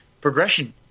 progression